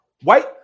white